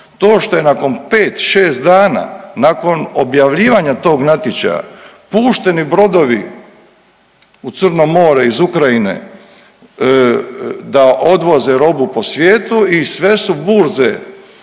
To što je nakon 5, 6 dana, nakon objavljivanja tog natječaja pušteni brodovi u Crno more iz Ukrajine da odvoze robu po svijetu i sve su burze,